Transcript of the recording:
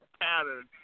pattern